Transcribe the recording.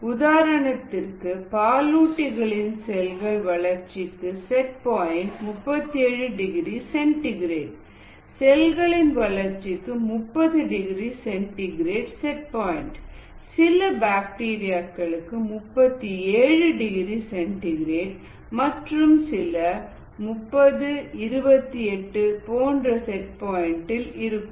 உதாரணத்திற்கு பாலூட்டிகளின் செல்களின் வளர்ச்சிக்கு செட் பாயின்ட் 37 டிகிரி சென்டிகிரேட் செல்களின் வளர்ச்சிக்கு 30 டிகிரி சென்டிகிரேட் செட் பாயிண்ட் சில பாக்டீரியாக்களுக்கு 37 டிகிரி சென்டி கிரேட் மற்றும் சில 30 28 போன்ற செட் பாயிண்டில் இருக்கும்